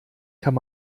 kann